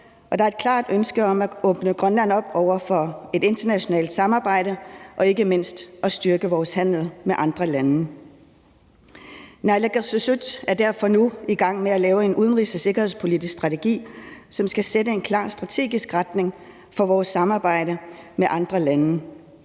der er et klart ønske om at åbne Grønland op for et internationalt samarbejde og ikke mindst at styrke vores handel med andre lande. Naalakkersuisut er derfor nu i gang med at lave en udenrigs- og sikkerhedspolitik strategi, som skal sætte en klar strategisk retning for vores samarbejde med andre lande.